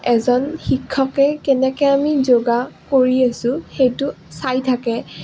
এজন শিক্ষকে কেনেকৈ আমি যোগা কৰি আছোঁ সেইটো চাই থাকে